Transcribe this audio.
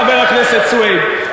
חבר הכנסת סוייד,